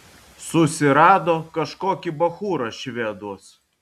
susirado kažkokį bachūrą šveduos